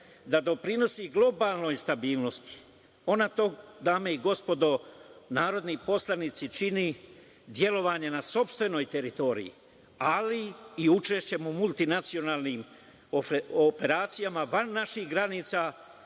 da doprinese globalnoj stabilnosti. Ona to dame i gospodo narodni poslanici, čini delovanjem na sopstvenoj teritoriji, ali i učešćem u multinacionalnim operacijama van naših granica